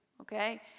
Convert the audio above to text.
okay